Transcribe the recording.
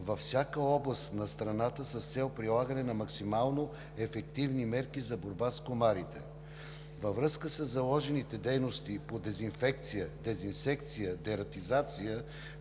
във всяка област на страната с цел прилагане на максимално ефективни мерки за борба с комарите. Във връзка със заложените дейности по дезинфекция, дезинсекция и дератизация